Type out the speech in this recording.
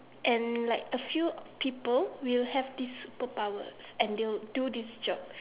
and like a few people will have these superpower and they will do these job